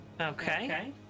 Okay